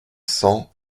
cent